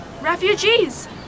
Refugees